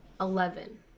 Eleven